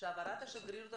משרד הקליטה,